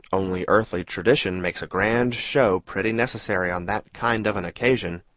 only earthly tradition makes a grand show pretty necessary on that kind of an occasion.